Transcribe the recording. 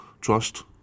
Trust